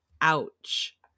Ouch